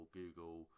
google